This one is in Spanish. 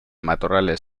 matorrales